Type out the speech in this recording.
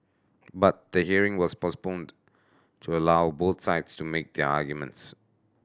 but the hearing was postponed to allow both sides to make their arguments